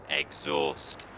exhaust